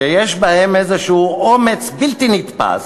שיש בהם איזשהו אומץ בלתי נתפס,